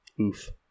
Oof